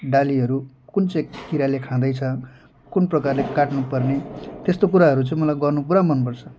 डालीहरू कुन चाहिँ किराले खाँदैछ कुन प्रकारले काट्नुपर्ने त्यस्तो कुराहरू चाहिँ मलाई गर्नु पुरा मनपर्छ